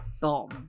bomb